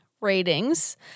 ratings